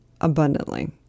abundantly